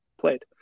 played